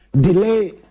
Delay